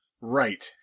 Right